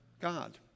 God